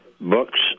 books